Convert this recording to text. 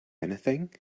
anything